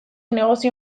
negozio